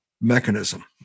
mechanism